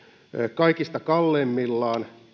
kaikista kalleimmillaan